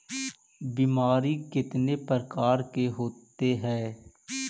बीमारी कितने प्रकार के होते हैं?